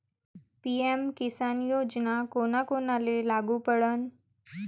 PM Kisan योजना कोना कोनाले लागू पडन?